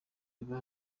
biba